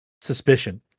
suspicion